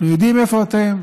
אנחנו יודעים איפה אתם,